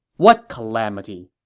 what calamity?